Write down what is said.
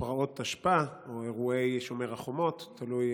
פרעות תשפ"א או אירועי שומר החומות, תלוי